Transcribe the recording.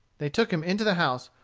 they took him into the house,